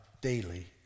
daily